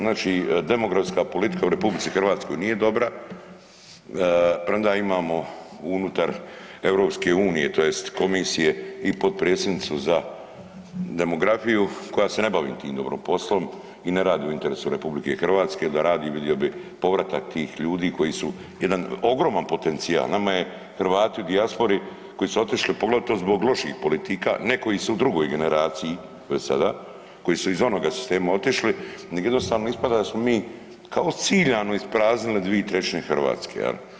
Znači demografska politika u RH nije dobra, premda imamo unutar EU tj. komisije i potpredsjednicu za demografiju koja se ne bavi tim dobro poslom i ne radi u interesu RH, da radi vidio bi povratak tih ljudi koji su jedan ogroman potencijal, nama je Hrvati u dijaspori koji su otišli poglavito zbog loših politika nekoji su u drugoj generaciji, to je sada koji su iz onoga sistema otišli, nego jednostavno ispada da smo mi kao ciljano ispraznili 2/3 Hrvatske jel.